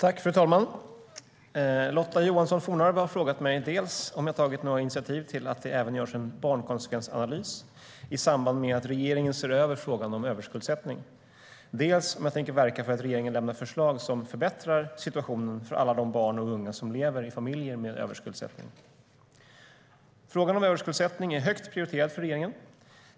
Fru talman! Lotta Johnsson Fornarve har frågat mig dels om jag tagit något initiativ till att det även görs en barnkonsekvensanalys i samband med att regeringen ser över frågan om överskuldsättning, dels om jag tänker verka för att regeringen lämnar förslag som förbättrar situationen för alla de barn och unga som lever i familjer med överskuldsättning.Frågan om överskuldsättning är högt prioriterad för regeringen.